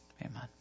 Amen